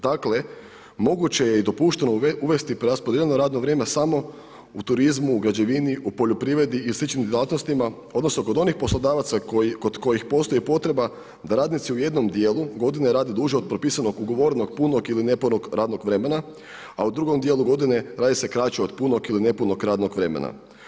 Dakle moguće je i dopušteno uvesti preraspodijeljeno radno vrijeme samo u turizmu, u građevini, u poljoprivredi i sličnim djelatnostima odnosno kod onih poslodavaca kod kojih postoji potreba da radnici u jednom dijelu godine rade duže od propisanog ugovorenog punog ili ne punog radnog vremena, a u drugom dijelu godine radi se kraće od punog ili ne punog radnog vremena.